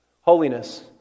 Holiness